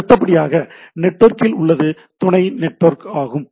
அடுத்தபடியாக நெட்வொர்க்கில் உள்ளது துணை நெட்வொர்க் ஆகும்